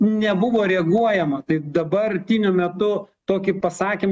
nebuvo reaguojama tai dabartiniu metu tokį pasakymą